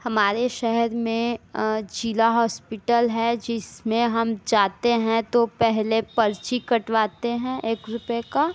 हमारे शहर में ज़िला हॉस्पिटल है जिसमें हम जाते हैं तो पहले पर्ची कटवाते हैं एक रुपये का